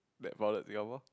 that founded Singapore